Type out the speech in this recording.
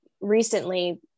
recently